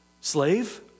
slave